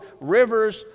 rivers